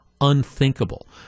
unthinkable